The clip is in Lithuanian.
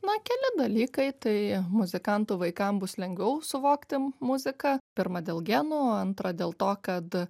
na keli dalykai tai muzikantų vaikam bus lengviau suvokti muziką pirma dėl genų antra dėl to kad